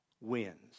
wins